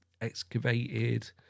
excavated